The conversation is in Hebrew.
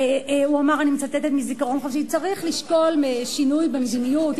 אני מצטטת מזיכרון חופשי: צריך לשקול שינוי במדיניות,